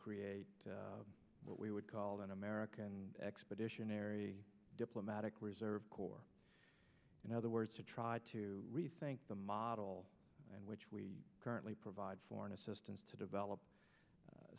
create what we would call an american expeditionary diplomatic reserve corps in other words to try to rethink the model in which we currently provide foreign assistance to develop